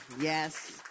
yes